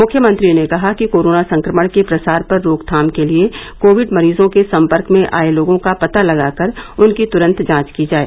मुख्यमंत्री ने कहा कि कोरोना संक्रमण के प्रसार पर रोकथाम के लिए कोविड मरीजों के संपर्क में आए लोगों का पता लगाकर उनकी त्रंत जांच की जाए